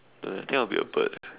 don't know eh I think I'll be a bird